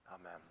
Amen